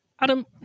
Adam